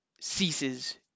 ceases